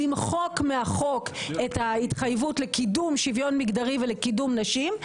למחוק מהחוק את ההתחייבות לקידום שוויון מגדרי ולקידום נשים,